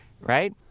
right